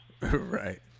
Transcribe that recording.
Right